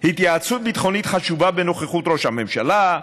התייעצות ביטחונית חשובה בנוכחות ראש הממשלה,